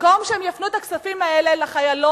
במקום שהם יפנו את הכספים האלה לחיילות,